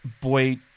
Boy